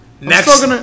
Next